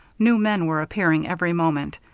new men were appearing every moment,